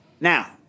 Now